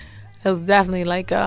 it was definitely like, ah